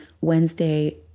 Wednesday